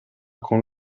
con